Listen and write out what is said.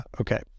Okay